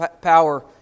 power